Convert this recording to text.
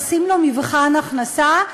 עושים לו מבחן הכנסה,